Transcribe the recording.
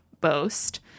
boast